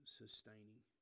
sustaining